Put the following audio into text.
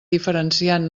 diferenciant